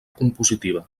compositiva